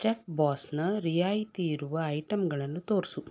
ಚೆಫ್ಬಾಸ್ನ ರಿಯಾಯಿತಿಯಿರುವ ಐಟಂಗಳನ್ನು ತೋರಿಸು